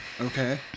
Okay